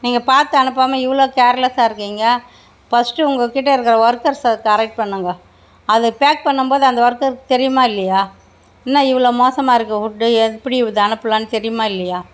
நீங்கள் பார்த்து அனுப்பாமல் இவ்வளோ கேர்லெஸாக இருக்கிங்க ஃபர்ஸ்ட்டு உங்கள்கிட்ட இருக்கிற ஒர்க்கர்சை கரெக்ட் பண்ணுங்க அது பேக் பண்ணும் போது அந்த ஒர்க்கருக்கு தெரியுமா இல்லையா என்ன இவ்வளோ மோசமாகருக்கு ஃபுட்டு எப்படி இதை அனுப்பலான்னு தெரியுமா இல்லையா